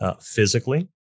physically